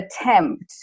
attempt